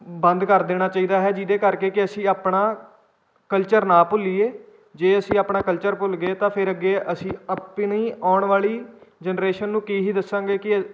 ਬੰਦ ਕਰ ਦੇਣਾ ਚਾਹੀਦਾ ਹੈ ਜਿਹਦੇ ਕਰਕੇ ਕਿ ਅਸੀਂ ਆਪਣਾ ਕਲਚਰ ਨਾ ਭੁੱਲੀਏ ਜੇ ਅਸੀਂ ਆਪਣਾ ਕਲਚਰ ਭੁੱਲ ਗਏ ਤਾਂ ਫਿਰ ਅੱਗੇ ਅਸੀਂ ਆਪਣੀ ਆਉਣ ਵਾਲੀ ਜਨਰੇਸ਼ਨ ਨੂੰ ਕੀ ਹੀ ਦੱਸਾਂਗੇ ਕਿ